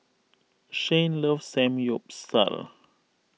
Shane loves Samgyeopsal